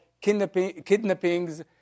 kidnappings